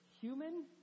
human